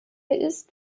ist